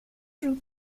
joue